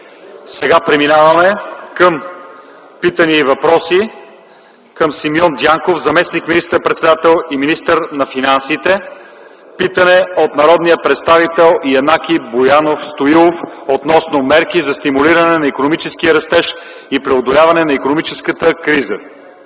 Преминаваме към питания и въпроси към Симеон Дянков – заместник министър-председател и министър на финансите. Питане от народния представител Янаки Боянов Стоилов относно мерки за стимулиране на икономическия растеж и преодоляване на икономическата криза.